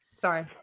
sorry